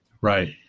Right